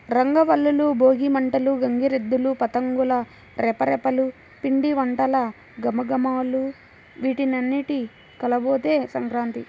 రంగవల్లులు, భోగి మంటలు, గంగిరెద్దులు, పతంగుల రెపరెపలు, పిండివంటల ఘుమఘుమలు వీటన్నింటి కలబోతే సంక్రాంతి